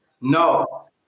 no